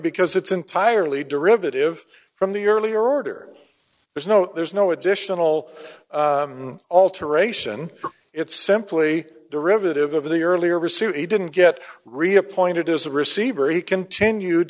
because it's entirely derivative from the earlier order there's no there's no additional alteration it's simply a derivative of the earlier receipt he didn't get reappointed as the receiver he continued